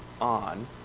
on